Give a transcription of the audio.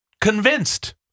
Convinced